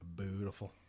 beautiful